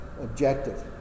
objective